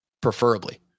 preferably